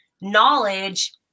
knowledge